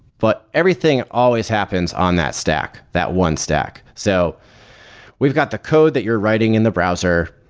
but everything always happens on that stack, that one stack. so we've got the code that you're writing in the browser.